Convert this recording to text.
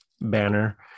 banner